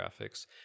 graphics